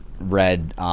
read